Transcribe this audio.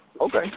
Okay